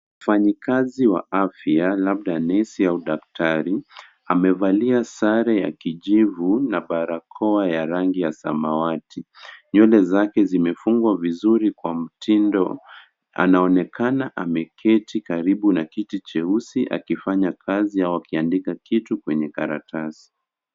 Mfanyikazi wa afya labda nesi au daktari, amevalia sare ya kijivu na barakoa ya rangi ya samawati. nywele zake zimefungwa vizuri kwa mtindo. Anaonekana ameketi karibu na kiti cheusi akifanya kazi au kuandika kitu kwenye karatasi.